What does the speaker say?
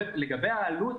לגבי עלות